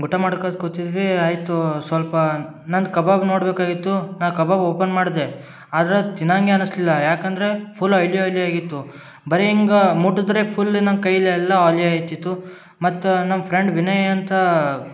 ಊಟ ಮಾಡ್ಕೊತಾ ಕೂತಿದ್ವಿ ಆಯಿತು ಸ್ವಲ್ಪ ನಾನು ಕಬಾಬ್ ನೋಡಬೇಕಾಗಿತ್ತು ನಾ ಕಬಾಬ್ ಓಪನ್ ಮಾಡಿದೆ ಅದ್ರದ್ದು ತಿನ್ನಂಗೆ ಅನಿಸಲಿಲ್ಲ ಯಾಕೆಂದರೆ ಫುಲ್ ಆಯ್ಲಿ ಆಯ್ಲಿ ಆಗಿತ್ತು ಬರೇ ಹಿಂಗೆ ಮುಟ್ಟುದರೆ ಫುಲ್ ನನ್ನ ಕೈಲಿ ಎಲ್ಲ ಆಯ್ಲಿ ಆಯ್ತಿತ್ತು ಮತ್ತಾ ನಮ್ಮ ಫ್ರೆಂಡ್ ವಿನಯ್ ಅಂತ